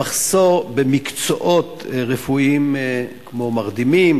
המחסור במקצועות רפואיים כמו מרדימים,